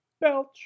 belch